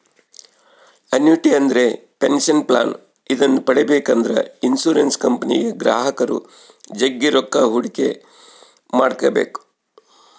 annuity ಅಂದ್ರೆ pension plan ಇದನ್ನ ಪಡೆಬೇಕೆಂದ್ರ ಇನ್ಶುರೆನ್ಸ್ ಕಂಪನಿಗೆ ಗ್ರಾಹಕರು ಜಗ್ಗಿ ರೊಕ್ಕ ಹೂಡಿಕೆ ಮಾಡ್ಬೇಕು